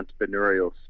entrepreneurial